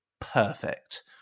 Perfect